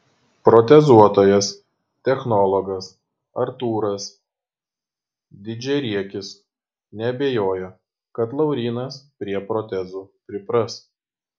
protezuotojas technologas artūras didžiariekis neabejoja kad laurynas prie protezų pripras